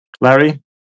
Larry